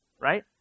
right